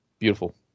Beautiful